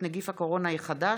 תקנות שעת חירום (נגיף הקורונה החדש,